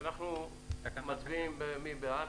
מי בעד?